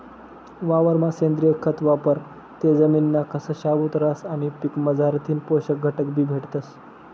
वावरमा सेंद्रिय खत वापरं ते जमिनना कस शाबूत रहास आणि पीकमझारथीन पोषक घटकबी भेटतस